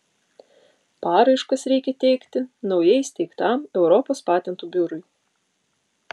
paraiškas reikia teikti naujai įsteigtam europos patentų biurui